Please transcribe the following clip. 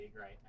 right